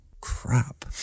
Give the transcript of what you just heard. crap